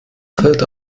fällt